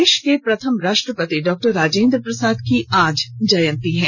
देश के प्रथम राष्ट्रपति डॉ राजेंद्र प्रसाद की आज जंयती है